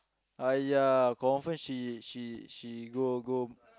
!aiya! confirm she she she go go